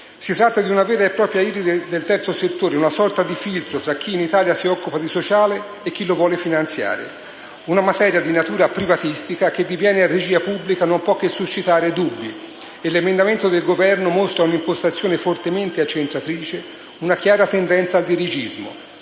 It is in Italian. Si tratta di una vera e propria IRI del terzo settore, una sorta di filtro tra chi in Italia si occupa di sociale e chi lo vuole finanziare. Una materia di natura privatistica che diviene regia pubblica non può che suscitare dubbi e l'emendamento del Governo mostra un'impostazione fortemente accentratrice, una chiara tendenza al dirigismo.